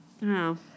No